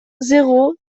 zéro